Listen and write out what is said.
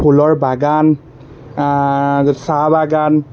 ফুলৰ বাগান চাহ বাগান